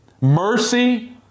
mercy